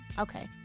Okay